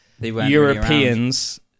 Europeans